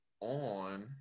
on